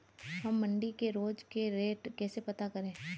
हम मंडी के रोज के रेट कैसे पता करें?